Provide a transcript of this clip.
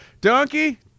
Donkey